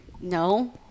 No